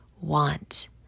want